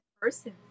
person